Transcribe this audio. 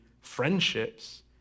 friendships